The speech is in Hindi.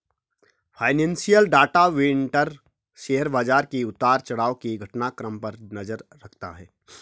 फाइनेंशियल डाटा वेंडर शेयर बाजार के उतार चढ़ाव के घटनाक्रम पर नजर रखता है